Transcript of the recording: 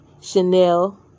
Chanel